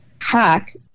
hack